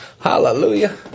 Hallelujah